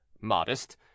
modest